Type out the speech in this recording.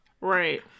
Right